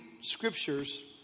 scriptures